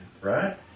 right